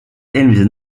eelmisel